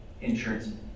insurance